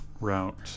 route